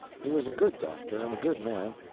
he was a good doctor and a good man,